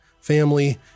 family